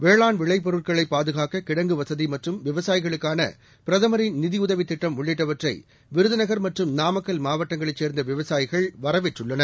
வேளாண் விளைபொருட்களை பாதுகாக்க கிடங்கு வசதி மற்றும் விவசாயிகளுக்கான பிரதமரின் நிதியுதவி திட்டம் உள்ளிட்டவற்றை விருதுநகர் மற்றும் நாமக்கல் மாவட்டங்களைச் சேர்ந்த விவசாயிகள் வரவேற்றுள்ளனர்